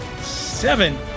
seven